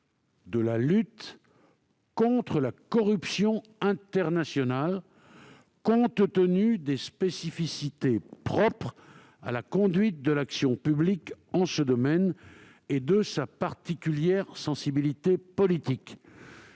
de la lutte contre la corruption internationale, compte tenu des spécificités propres à la conduite de l'action publique en ce domaine et de sa particulière sensibilité politique.